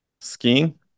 skiing